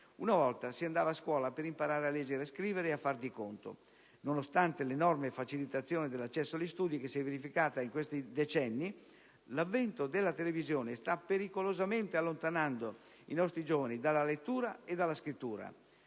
Una volta si andava a scuola per imparare a leggere, scrivere e far di conto. Nonostante l'enorme facilitazione dell'accesso agli studi che si è verificata in questi decenni, l'avvento della televisione sta pericolosamente allontanando i nostri giovani dalla lettura e dalla scrittura.